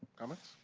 comments?